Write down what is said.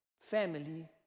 family